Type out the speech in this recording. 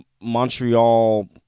Montreal